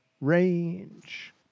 range